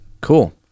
cool